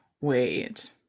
wait